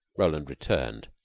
roland returned.